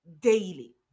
daily